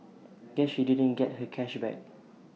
guess she didn't get her cash back